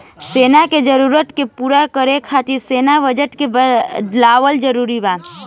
सेना के जरूरत के पूरा करे खातिर सैन्य बजट के बढ़ावल जरूरी बा